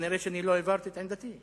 כנראה אני לא הבהרתי את עמדתי.